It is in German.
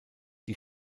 die